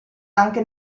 anche